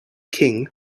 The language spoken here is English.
king